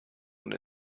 und